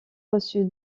reçu